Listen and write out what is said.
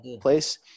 place